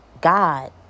God